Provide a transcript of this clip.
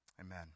Amen